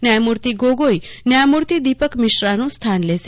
ન્યાયમૂર્તિ ગોગોઈ ન્યાયમૂર્તિ દીપક મિશ્રાનું સ્થાન લેશે